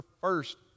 first